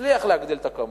מצליח להגדיל את הכמות,